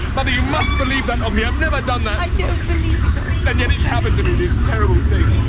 mother, you must believe that of me. i've never done that. i don't believe it, oswald. and yet, it's happened to me, this terrible thing.